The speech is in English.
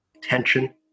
tension